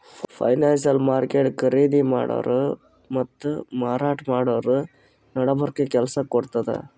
financial market ಖರೀದಿ ಮಾಡೋರ್ ಮತ್ತ್ ಮಾರಾಟ್ ಮಾಡೋರ್ ನಡಬರ್ಕ್ ಕೆಲ್ಸ್ ಮಾಡ್ತದ್